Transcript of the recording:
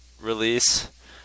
release